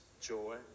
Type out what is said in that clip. joy